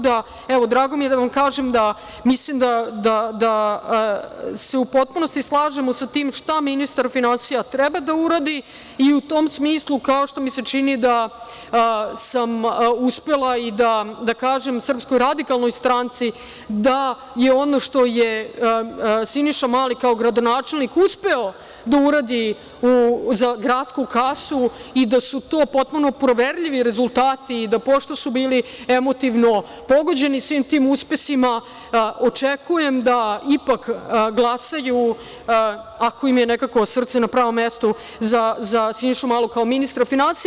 Drago mi je da vam kažem da mislim da se u potpunosti slažemo sa tim šta ministar finansija treba da uradi i u tom smislu, kao što mi se čini da sam uspela da kažem SRS da je ono što je Siniša Mali kao gradonačelnik uspeo da uradi za gradsku kasu i da su to potpuno proverljivi rezultati, pošto su bili pogođeni emotivno svim tim uspesima, očekujem da ipak glasaju, ako im je srce na pravom mestu, za Sinišu Malog za ministra finansija.